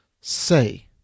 say